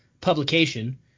publication